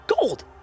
gold